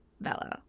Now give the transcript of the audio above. Bella